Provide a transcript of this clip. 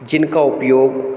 जिनका उपयोग